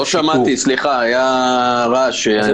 סליחה, לא שמעתי.